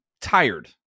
tired